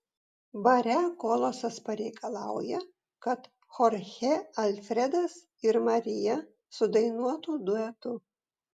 bare kolosas pareikalauja kad chorchė alfredas ir marija sudainuotų duetu